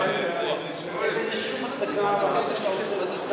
אין לזה שום הצדקה, והמעשה שאתה עושה הוא נכון,